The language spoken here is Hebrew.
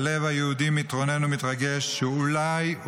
והלב היהודי מתרונן ומתרגש שאולי,